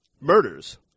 murders